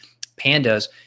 PANDAS